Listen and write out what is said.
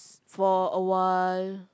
for awhile